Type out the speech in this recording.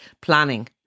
planning